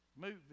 movie